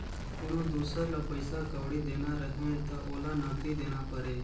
कोनो दुसर ल पइसा कउड़ी देना रहें त ओला नगदी देना परे